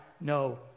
no